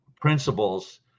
principles